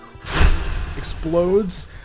explodes